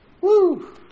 Woo